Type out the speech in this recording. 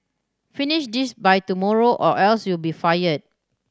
finish this by tomorrow or else you'll be fired